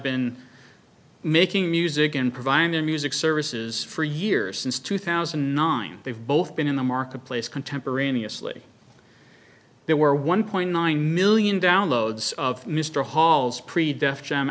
been making music and providing music services for years since two thousand and nine they've both been in the marketplace contemporaneously there were one point nine million downloads of mr hall's pre death